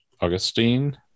Augustine